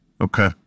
Okay